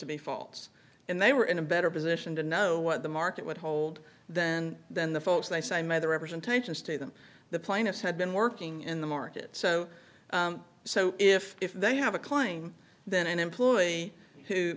to be faults and they were in a better position to know what the market would hold than than the folks they say i made the representation stay than the plaintiffs had been working in the market so so if if they have a claim then an employee who